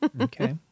Okay